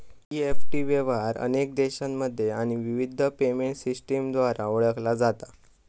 EFT व्यवहार अनेक देशांमध्ये आणि विविध पेमेंट सिस्टमद्वारा ओळखला जाता